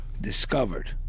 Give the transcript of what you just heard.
discovered